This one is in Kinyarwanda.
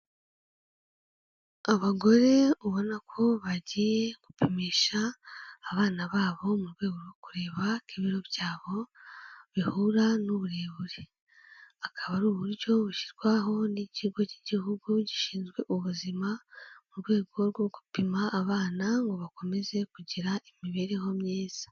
Abagore ubona ko bagiye gupimisha abana babo mu rwego rwo kureba ko ibiro byabo bihura n'uburebure, akaba ari uburyo bushyirwaho n'Ikigo cy'Igihugu gishinzwe ubuzima, mu rwego rwo gupima abana ngo bakomeze kugira imibereho myiza.